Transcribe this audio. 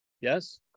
yes